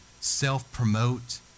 self-promote